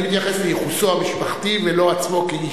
מתייחס לייחוסו המשפחתי ולו עצמו כאיש.